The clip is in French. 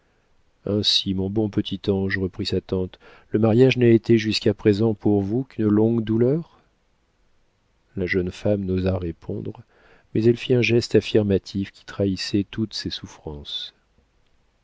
ainsi mon bon petit ange reprit sa tante le mariage n'a été jusqu'à présent pour vous qu'une longue douleur la jeune femme n'osa répondre mais elle fit un geste affirmatif qui trahissait toutes ses souffrances